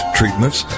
treatments